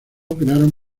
crearon